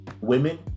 women